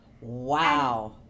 wow